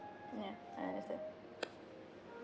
ya I understand